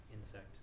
Insect